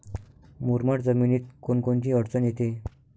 मुरमाड जमीनीत कोनकोनची अडचन येते?